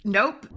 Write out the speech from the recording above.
Nope